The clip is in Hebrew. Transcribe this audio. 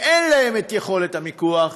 שאין להם יכולת מיקוח,